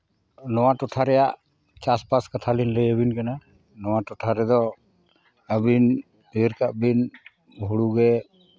ᱱᱚᱣᱟ ᱴᱚᱴᱷᱟ ᱨᱮᱭᱟᱜ ᱪᱟᱥᱼᱵᱟᱥ ᱠᱟᱛᱷᱟᱞᱤᱧ ᱞᱟᱹᱭ ᱟᱹᱵᱤᱱ ᱠᱟᱱᱟ ᱱᱚᱣᱟ ᱴᱚᱴᱷᱟ ᱨᱮᱫᱚ ᱟᱹᱵᱤᱱ ᱩᱭᱦᱟᱹᱨ ᱠᱟᱜ ᱵᱤᱱ ᱦᱩᱲᱩ ᱜᱮ